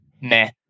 meh